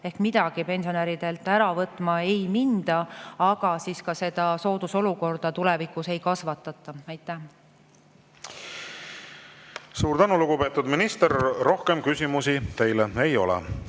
ehk pensionäridelt midagi ära võtma ei minda, aga siis ka seda soodusolukorda tulevikus ei kasvatata. Suur tänu, lugupeetud minister! Rohkem küsimusi teile ei ole.